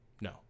No